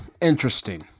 interesting